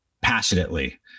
passionately